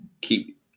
Keep